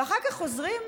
ואחר כך חוזרים הביתה,